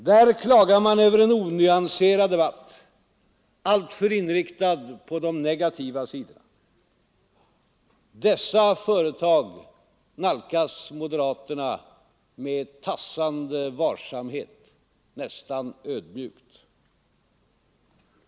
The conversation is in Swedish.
Där klagar man över en onyanserad debatt, alltför inriktad på de negativa sidorna. Dessa företag nalkas moderaterna med tassande varsamhet, nästan ödmjukt.